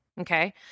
okay